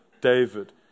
David